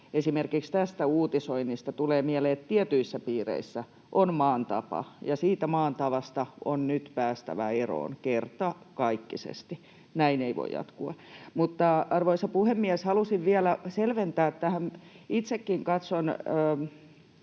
esimerkiksi tästä uutisoinnista tulee mieleen, että tietyissä piireissä tämä on maan tapa, ja siitä maan tavasta on nyt päästävä eroon kertakaikkisesti. Näin ei voi jatkua. Mutta, arvoisa puhemies, halusin vielä selventää tähän: Itsekin katson